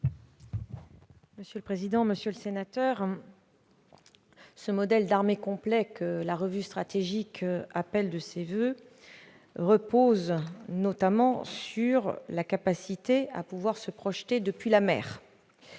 Mme la ministre. Monsieur le sénateur, ce modèle d'armée complet que la revue stratégique appelle de ses voeux repose notamment sur la capacité de se projeter depuis la mer.